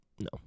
no